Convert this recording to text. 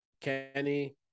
Kenny